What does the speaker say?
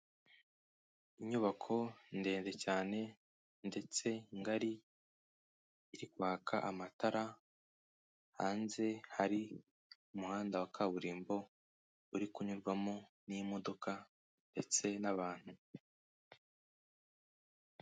Inyubako ndende cyane ndetse ngari, iri kwaka amatara, hanze hari umuhanda wa kaburimbo, uri kunyurwamo n'imodoka ndetse n'abantu.